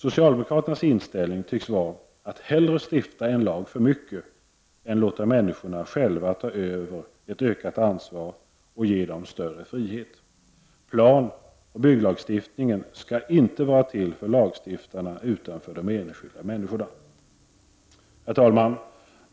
Socialdemokraternas inställning tycks vara att hellre stifta en lag för mycket än låta människorna själva ta ett ökat ansvar och ge dem större frihet. Planoch bygglagstiftningen skall inte vara till för lagstiftarna utan för de enskilda människorna. Herr talman!